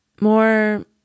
more